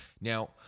Now